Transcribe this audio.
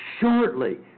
shortly